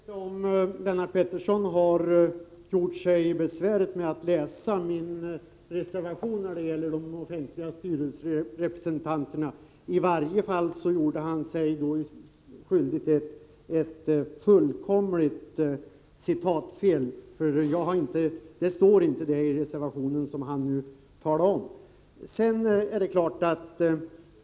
Herr talman! Jag vet inte om Lennart Pettersson har gjort sig besväret att läsa min reservation när det gäller de offentliga styrelserepresentanterna. I varje fall gjorde han sig skyldig till en fullkomlig felcitering. Vad han nu talade om står inte i reservationen.